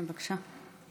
כן, בבקשה.